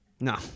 No